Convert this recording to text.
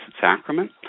Sacrament